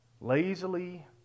lazily